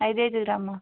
ಐದೈದು ಗ್ರಾಮ